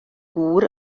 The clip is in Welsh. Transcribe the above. gŵr